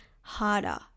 harder